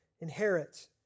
inherit